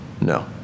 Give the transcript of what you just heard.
No